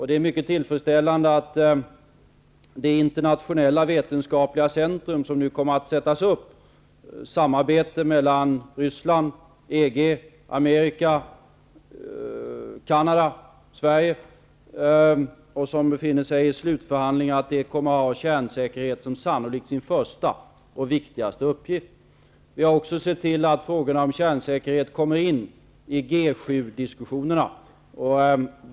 Det är mycket tillfredsställande att det internationella vetenskapliga centrum, som kommer att sättas upp i ett samarbete mellan Ryssland, EG, USA, Canada och Sverige som nu befinner sig i slutförhandlingarna, sannolikt kommer att ha kärnsäkerhet som sin första och viktigaste uppgift. Vi har också sett till att frågorna om kärnsäkerhet kommer in i G 7-diskussionerna.